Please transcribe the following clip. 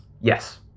Yes